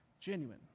genuine